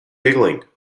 giggling